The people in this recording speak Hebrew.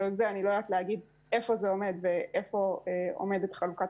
לא יודעת לומר היכן זה עומד ואיפה עומדת חלוקת